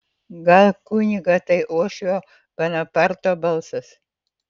gal kunigą tai uošvio bonaparto balsas